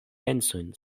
pensojn